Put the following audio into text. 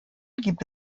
gibt